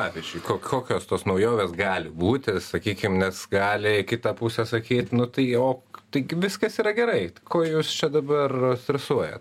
pavyzdžiui kokios tos naujovės gali būti sakykim nes gali kita pusė sakyt nu tai ok taigi viskas yra gerai ko jūs čia dabar stresuojat